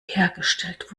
hergestellt